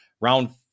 Round